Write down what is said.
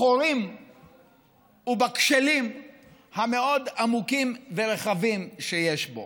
בחורים ובכשלים המאוד-עמוקים ורחבים שיש בו.